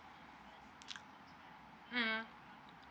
mm